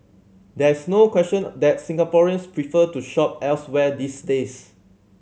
there is no question that Singaporeans prefer to shop elsewhere these days